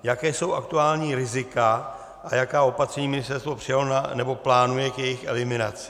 Jaká jsou aktuální rizika a jaká opatření ministerstvo přijalo nebo plánuje k jejich eliminaci?